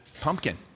Pumpkin